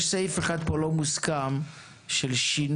יש סעיף אחד פה שהוא לא מוסכם, של שינוי.